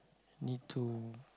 need to